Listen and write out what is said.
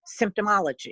symptomology